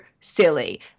silly